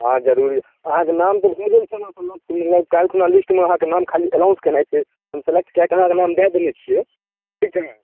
हँ जरूरी अहाँके नाम तऽ भुलि गेल छलहुॅं सुनलहुॅं मतलब काल्हि खुना लिस्टमे आहाँके नाम खाली एनाउन्स केनाइ छै सेलेक्ट कए कऽ अहाँके नाम दए देने छिऐ ठीक छै ने